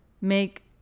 make